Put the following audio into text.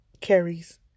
carries